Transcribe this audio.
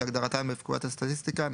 כהגדרתן בפקודת הסטטיסטיקה ,